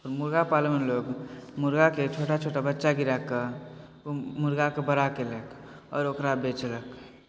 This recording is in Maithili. मुर्गा पालनमे लोक मुर्गाके छोटा छोटा बच्चा गिरा कऽ ओ मुर्गाकेँ बड़ा केलक आओर ओकरा बेचलक